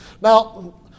Now